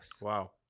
Wow